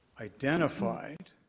identified